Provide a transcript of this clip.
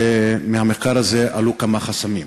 ומהמחקר הזה עלו כמה חסמים.